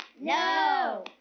No